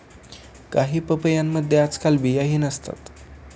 काही पपयांमध्ये आजकाल बियाही नसतात